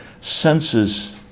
Senses